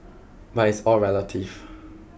but it's all relative